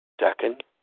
Second